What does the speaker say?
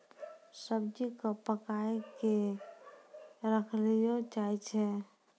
सब्जी क पकाय कॅ खयलो जाय छै